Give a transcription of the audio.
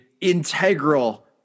integral